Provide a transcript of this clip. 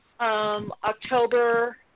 October